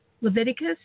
Leviticus